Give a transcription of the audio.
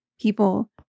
people